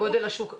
גודל השוק עלה?